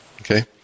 Okay